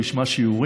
הוא ישמע שיעורים,